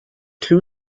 two